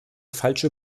falsche